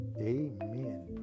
amen